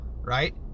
right